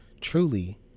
truly